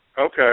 Okay